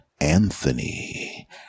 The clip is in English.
Anthony